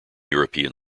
european